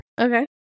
okay